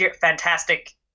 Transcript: fantastic